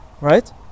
Right